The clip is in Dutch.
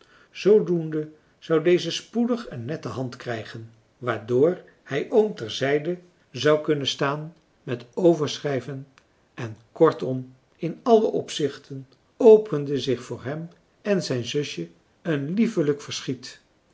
zoodoende zou deze spoedig een nette hand krijgen waardoor hij oom ter zijde zou kunnen staan met overschrijven en kortom in alle opzichten opende zich voor hem en zijn zusje een liefelijk verschiet